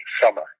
summer